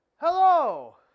Hello